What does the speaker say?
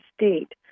state